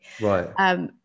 Right